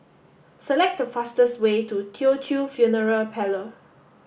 select the fastest way to Teochew Funeral Parlor